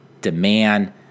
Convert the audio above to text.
demand